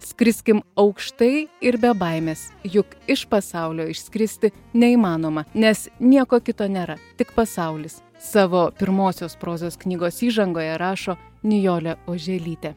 skriskim aukštai ir be baimės juk iš pasaulio išskristi neįmanoma nes nieko kito nėra tik pasaulis savo pirmosios prozos knygos įžangoje rašo nijolė oželytė